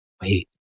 wait